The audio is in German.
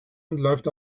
läuft